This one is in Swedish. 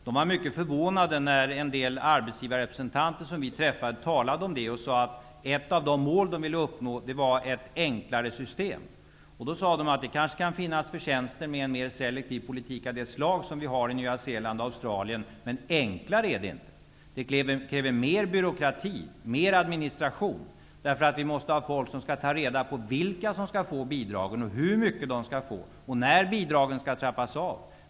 De var mycket förvånade när en del arbetsgivarrepresentanter som vi träffade talade om det och sade, att ett av de mål de ville uppnå var ett enklare system. De sade att det kan finnas förtjänster med en mer selektiv politik av det slag man har i Nya Zeeland och Australien, men enklare är det inte. Det kräver mer byråkrati, mer administration. Man måste ha folk som tar reda på vilka som skall få bidragen, hur mycket de skall få och när bidragen skall trappas av.